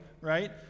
right